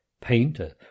painter